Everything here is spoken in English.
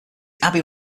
abbey